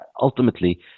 ultimately